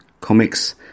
comics